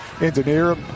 engineer